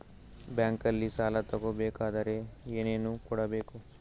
ಬ್ಯಾಂಕಲ್ಲಿ ಸಾಲ ತಗೋ ಬೇಕಾದರೆ ಏನೇನು ಕೊಡಬೇಕು?